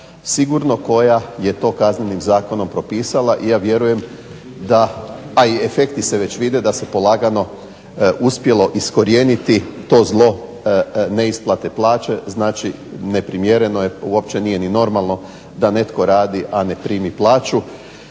sigurno koja je to Kaznenim zakonom propisala. I ja vjerujem da a i efekti se već vide da se polagano uspjelo iskorijeniti to zlo neisplate plaće, znači neprimjereno je i uopće nije normalno da netko radi a ne primi plaću.